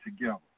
together